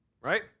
Right